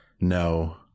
no